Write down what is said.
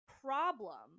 problem